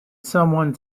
someone